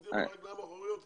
עומדים על הרגליים האחוריות פה,